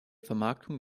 vermarktung